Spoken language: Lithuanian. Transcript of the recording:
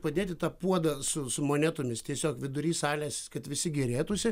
padėti tą puodą su su monetomis tiesiog vidury salės kad visi gėrėtųsi